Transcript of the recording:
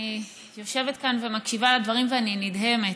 אני יושבת כאן ומקשיבה לדברים ואני נדהמת,